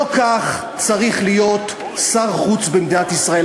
לא כך צריך להיות שר חוץ במדינת ישראל.